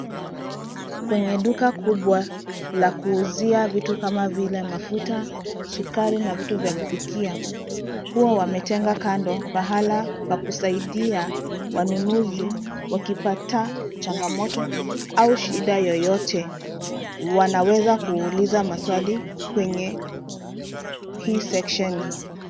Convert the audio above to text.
Kwenye duka kubwa la kuuzia vitu kama vile mafuta, sukari na vitu vya kupikia. Huwa wametenga kando pahala pa kusaidia wanunuzi wakipata changamoto au shida yoyote wanaweza kuuliza maswali kwenye hii seksheni.